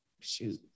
shoot